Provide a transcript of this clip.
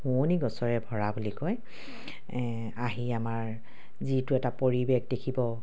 শুৱনি গছৰে ভৰা বুলি কয় আহি আমাৰ যিটো এটা পৰিৱেশ দেখিব